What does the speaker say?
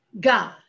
God